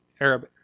Arab